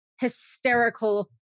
hysterical